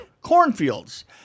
cornfields